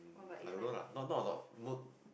I don't know lah not not a lot mot~